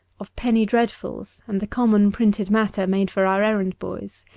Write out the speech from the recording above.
of penny dreadfuls and the common printed matter made for our errand-boys.